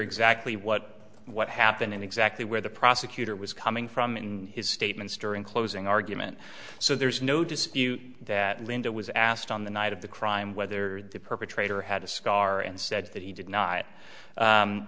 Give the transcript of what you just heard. exactly what what happened exactly where the prosecutor was coming from in his statements during closing argument so there's no dispute that linda was asked on the night of the crime whether the perpetrator had a scar and said that he did not